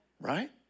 Right